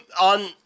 on